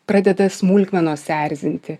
pradeda smulkmenos erzinti